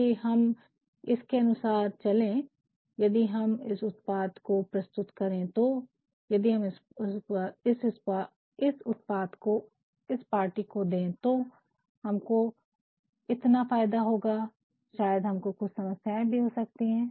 यदि हम इसके अनुसार चले यदि हम इस उत्पाद को प्रस्तुत करे तो यदि हम इस उत्पाद को इस पार्टी को दे तो हमको इतना फायदा होगा शायद हमको कुछ समस्याएं भी हो सकती है